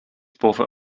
boven